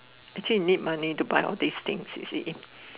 actually need money to buy all these things you see